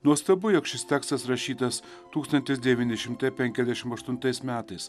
nuostabu jog šis tekstas rašytas tūkstantis devyni šimtai penkiasdešimt aštuntais metais